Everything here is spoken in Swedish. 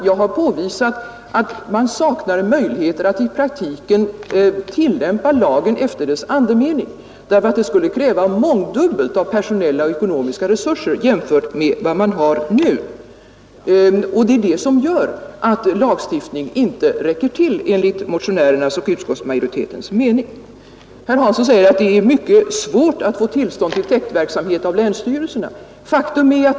Jag har påvisat att det saknas möjligheter att i praktiken tillämpa lagen efter dess andemening, därför att det skulle kräva mångdubbelt av personella och ekonomiska resurser jämfört med vad som finns nu. Detta gör att lagstiftning inte räcker, enligt motionärernas och utskottsmajoritetens mening. Herr Hansson säger vidare att det är mycket svårt att få tillstånd av länsstyrelserna för täktverksamhet.